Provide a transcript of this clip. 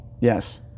Yes